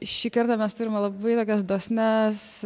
šįkart mes turime labai tokias dosnias